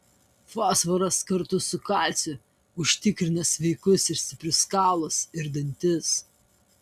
fosforas kartu su kalciu užtikrina sveikus ir stiprius kaulus ir dantis